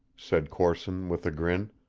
said corson with a grin.